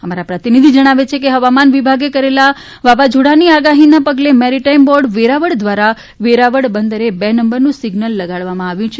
અમારા પ્રતિનિધિ જણાવે છે કે હવામાન વિભાગે કરેલી વાવાઝોડાની આગાહીના પગલે મેરીટાઈમ બોર્ડ વેરાવળ દ્વારા વેરાવળ બંદરે બે નંબરનું સિઝલ લગાડવામાં આવ્યું છે